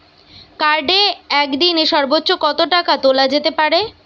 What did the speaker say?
কার্ডে একদিনে সর্বোচ্চ কত টাকা তোলা যেতে পারে?